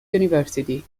university